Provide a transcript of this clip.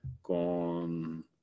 con